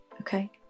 Okay